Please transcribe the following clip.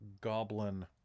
Goblin